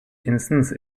instance